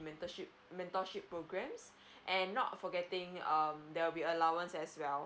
mentorship mentorship programs and not forgetting um there'll be allowance as well